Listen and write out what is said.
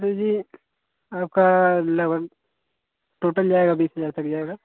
तो जी आपका लगभग टोटल जाएगा बीस हजार तक जाएगा